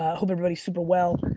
hope everybody's super well,